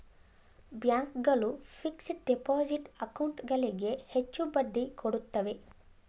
bank ಗಳು fixed deposit account ಗಳಿಗೆ ಹೆಚ್ಚು ಬಡ್ಡಿ ಕೊಡುತ್ತವೆ